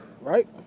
Right